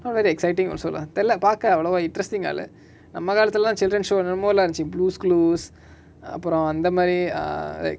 not really exciting also lah தெரில பாக்க அவளோவா:therila paaka avalovaa interesting ah இல்ல நம்ம காலதுலலா:illa namma kaalathulalaa children show lah என்னமோலா இருந்துச்சு:ennamola irunthuchu pooscloos அப்ரோ அந்தமாரி:apro anthamari err like